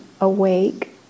awake